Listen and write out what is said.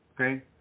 Okay